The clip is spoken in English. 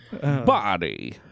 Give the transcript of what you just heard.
body